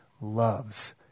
loves